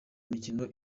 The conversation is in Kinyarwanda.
mikino